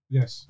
Yes